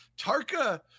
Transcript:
Tarka